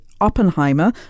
Oppenheimer